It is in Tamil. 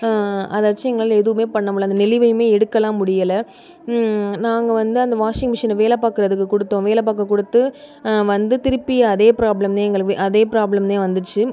அதை வெச்சு எங்களால் எதுவுமே பண்ண முடில அந்த நெளிவையுமே எடுக்கலாம் முடியலை நாங்கள் வந்து அந்த வாஷிங் மிஷினை வேலை பார்க்கறதுக்கு கொடுத்தோம் வேலை பார்க்க கொடுத்து வந்து திருப்பி அதே ப்ராப்ளம்ந்தேன் எங்களு வே அதே ப்ராப்ளம்ந்தேன் வந்துச்சு